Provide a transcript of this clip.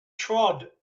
trod